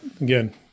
again